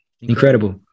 Incredible